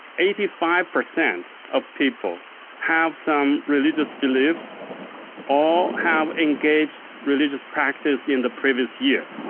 eighty five per cent of people have some religious beliefs or have engaged religious practice in the previous year.